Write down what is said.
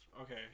okay